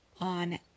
on